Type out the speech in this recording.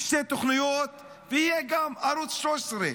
שתי תוכניות, ויהיה גם ערוץ 13,